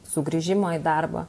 sugrįžimo į darbą